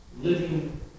living